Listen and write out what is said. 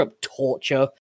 torture